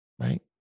right